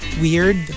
weird